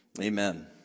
amen